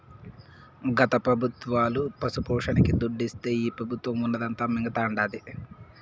గత పెబుత్వాలు పశుపోషణకి దుడ్డిస్తే ఈ పెబుత్వం ఉన్నదంతా మింగతండాది